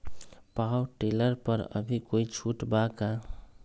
Power tiller पर अभी कोई छुट बा का?